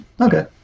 Okay